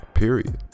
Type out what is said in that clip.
Period